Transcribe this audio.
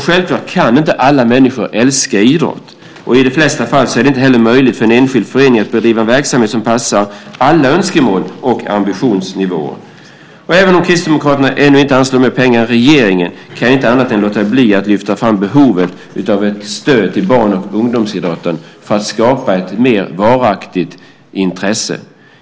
Självklart kan inte alla människor älska idrott. I de flesta fall är det inte heller möjligt för en enskild förening att bedriva en verksamhet som passar alla önskemål och ambitionsnivåer. Även om Kristdemokraterna ännu inte anslår mer pengar än regeringen, kan jag inte låta bli att lyfta fram behovet av ett stöd till barn och ungdomsidrotten för att skapa ett mer varaktigt intresse.